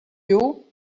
you